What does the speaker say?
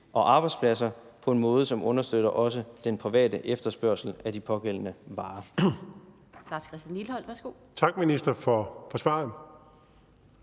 og arbejdspladser på en måde, som også understøtter den private efterspørgsel af de pågældende varer.